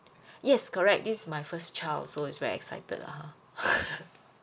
yes correct this is my first child so it's very excited (uh huh)